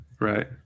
Right